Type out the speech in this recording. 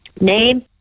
name